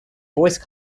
voice